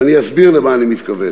ואני אסביר למה אני מתכוון.